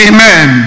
Amen